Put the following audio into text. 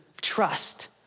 trust